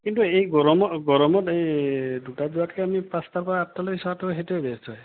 কিন্তু এই গৰমৰ গৰমত এই দুটাত যোৱাতকে আমি পাঁচটাৰপৰা আঠটালৈ চোৱাটো সেইটোৱে বেষ্ট হয়